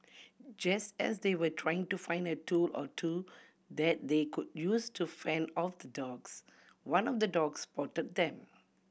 just as they were trying to find a tool or two that they could use to fend off the dogs one of the dogs spotted them